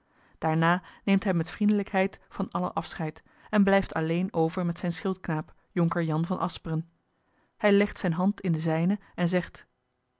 daarna neemt hij met vriendelijkheid van allen afscheid en blijft alleen over met zijn schildknaap jonker jan van asperen hij legt zijne hand in de zijne en zegt